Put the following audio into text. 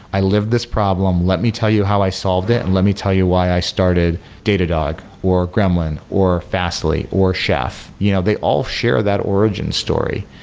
i live this problem. let me tell you how i solved it and let me tell you why i started datadog, or gremlin, or fastly, or chef. you know they all share that origin story.